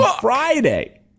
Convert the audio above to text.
Friday